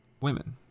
women